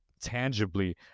tangibly